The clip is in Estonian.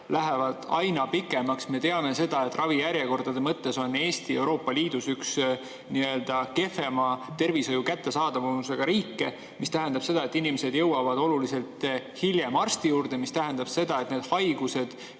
lähevad aina pikemaks. Me teame seda, et ravijärjekordade mõttes on Eesti Euroopa Liidus üks kehvema tervishoiu kättesaadavusega riike. See tähendab seda, et inimesed jõuavad oluliselt hiljem arsti juurde, see tähendab seda, et need haigused,